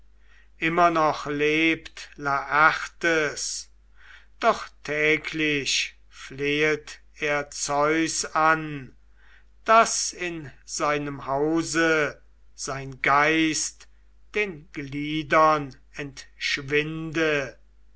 immer noch lebt laertes doch täglich flehet er zeus an daß in seinem hause sein geist den gliedern entschwinde